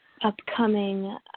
upcoming